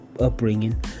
upbringing